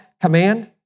command